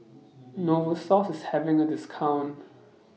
Novosource IS having A discount